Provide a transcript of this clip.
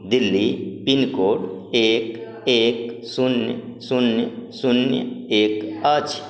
Delhi pin code एक एक शून्य शून्य शून्य एक अछि